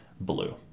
blue